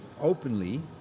openly